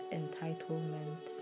entitlement